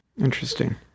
Interesting